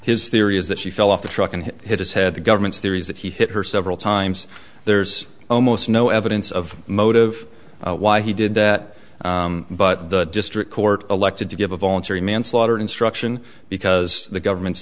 his theory is that she fell off the truck and hit his head the government's theories that he hit her several times there's almost no evidence of motive why he did that but the district court elected to give a voluntary manslaughter instruction because the government's